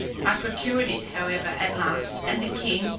i procured it however at last, and the king,